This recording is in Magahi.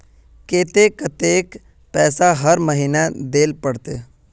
केते कतेक पैसा हर महीना देल पड़ते?